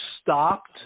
stopped